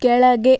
ಕೆಳಗೆ